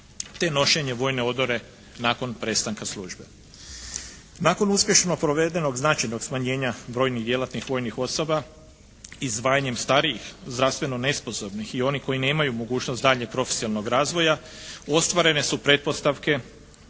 te nošenje vojne odore nakon prestanka službe. Nakon uspješno provedenog značajnog smanjenja brojnih djelatnih vojnih osoba, izdvajanjem starijih zdravstveno nesposobnih i onih koji nemaju mogućnost daljnjeg profesionalnog razvoja ostvarene su pretpostavke